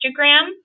Instagram